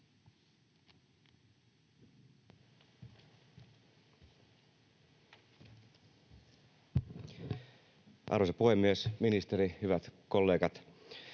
Arvoisa puhemies, ministeri, hyvät kollegat!